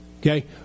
okay